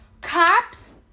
Cops